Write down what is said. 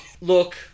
Look